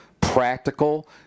practical